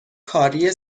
کاری